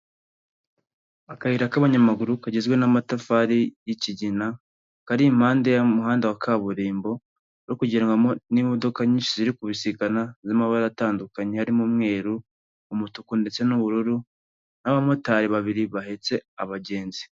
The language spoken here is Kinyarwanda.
Akayira k'abanyamaguru kagizwe n'amatafari y'ikigina karim impande y'umuhanda wa kaburimbo no kugenwamo n'imodoka nyinshi ziri kubisikana z'amabara atandukanye harimo umweru, umutuku, ndetse n'ubururu n'abamotari babiri bahetse abagenzi.